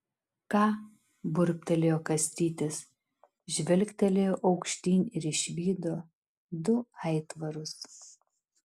ką burbtelėjo kastytis žvilgtelėjo aukštyn ir išvydo du aitvarus